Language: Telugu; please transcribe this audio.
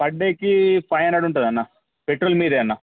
పర్ డేకి ఫైవ్ హండ్రెడ్ ఉంటుంది అన్నా పెట్రోల్ మీదే అన్నా